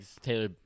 Taylor